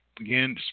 Again